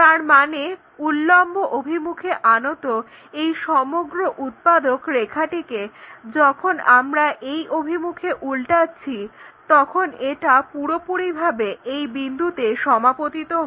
তার মানে উল্লম্ব অভিমুখে আনত এই সমগ্র উৎপাদক রেখাটিকে যখন আমরা এই অভিমুখে উল্টাচ্ছি তখন এটা পুরোপুরিভাবে এই বিন্দুতে সমাপতিত হয়